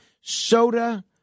soda